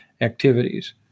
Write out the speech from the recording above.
activities